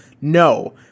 No